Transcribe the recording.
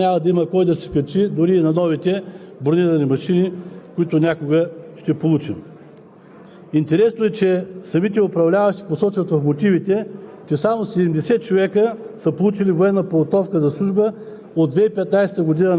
американски щати и Канада, които предприемат решителни мерки. Ние продължаваме да изоставаме и да чакаме момента, когато няма да има кой да се качи дори и на новите бронирани машини, които някога ще получим.